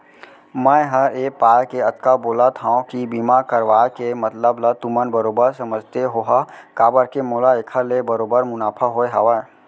मैं हर ए पाय के अतका बोलत हँव कि बीमा करवाय के मतलब ल तुमन बरोबर समझते होहा काबर के मोला एखर ले बरोबर मुनाफा होय हवय